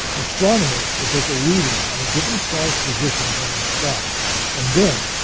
astronomers will take a reading on a given star's position upon the sky and, then,